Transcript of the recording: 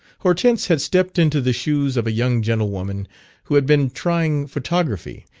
hortense had stepped into the shoes of a young gentlewoman who had been trying photography,